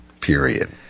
period